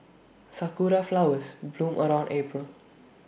Sakura Flowers bloom around April